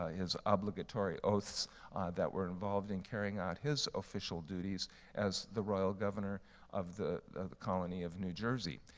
ah his obligatory oaths that were involved in carrying on his official duties as the royal governor of the colony of new jersey.